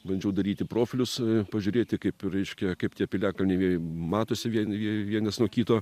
bandžiau daryti profilius pažiūrėti kaip reiškia kaip tie piliakalniai jie matosi vien vienas nuo kito